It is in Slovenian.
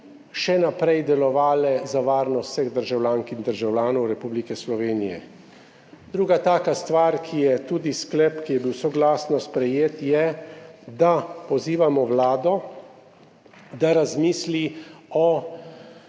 učinkovito delovale za varnost vseh državljank in državljanov Republike Slovenije. Druga taka stvar, ki je tudi sklep, ki je bil soglasno sprejet, je, da pozivamo vlado, da razmisli o